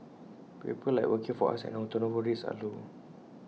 people like working for us and our turnover rates are low